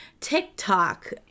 TikTok